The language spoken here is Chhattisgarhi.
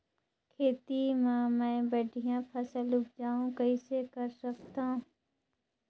खेती म मै बढ़िया फसल उपजाऊ कइसे कर सकत थव?